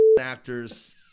actors